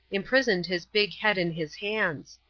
imprisoned his big head in his hands.